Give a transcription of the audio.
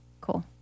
Cool